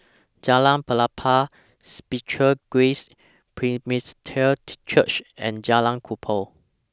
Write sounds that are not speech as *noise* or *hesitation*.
Jalan Pelepah Spiritual Grace Presbyterian *hesitation* Church and Jalan Kubor